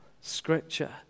scripture